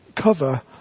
cover